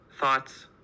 Thoughts